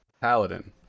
Paladin